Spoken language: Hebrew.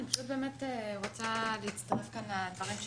אני רוצה להצטרף כאן לדברים שנאמרו.